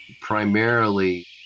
primarily